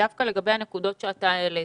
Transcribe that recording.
דווקא לגבי הנקודות שאתה העלית.